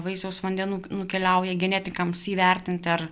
vaisiaus vandenų nukeliauja genetikams įvertinti ar